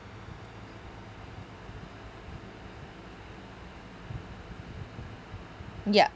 ya